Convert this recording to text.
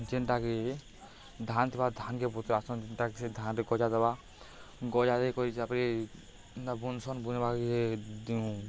ଯେନ୍ଟାକି ଧାନ୍ ଥିବା ଧାନ୍କେ ବୁତ୍ରାସନ୍ ଯେନ୍ଟାକି ସେ ଧାନ୍ରେ ଗଜା ଦେବା ଗଜା ଦେଇକରି ତା'ର୍ପରେ ବୁନ୍ସନ୍ ବୁନ୍ବା